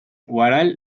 huaral